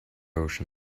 ocean